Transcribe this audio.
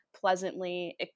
pleasantly